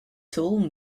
told